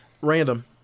random